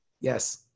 yes